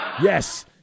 Yes